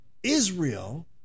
Israel